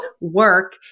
work